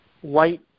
white